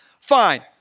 fine